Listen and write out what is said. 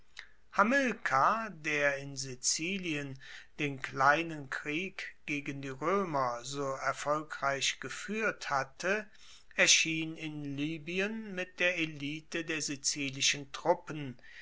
hamilkar der in sizilien den kleinen krieg gegen die roemer so erfolgreich gefuehrt hatte erschien in libyen mit der elite der sizilischen truppen